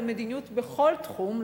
למדיניות בכל תחום,